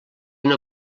una